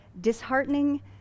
disheartening